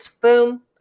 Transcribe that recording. boom